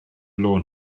lôn